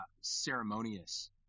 ceremonious